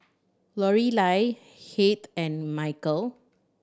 Lorelei Heath and Michal